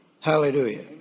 Hallelujah